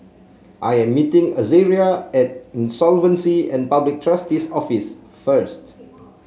i am meeting Azaria at Insolvency and Public Trustee's Office first